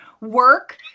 work